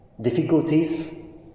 Difficulties